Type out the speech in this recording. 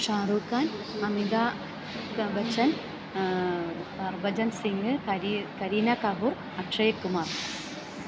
Shahrukh Khan Amitabh Bachchan Harbhajan Singh Kareena Kapoor Akshay Kumar